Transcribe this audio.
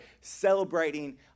celebrating